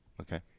Okay